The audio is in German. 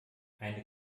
eine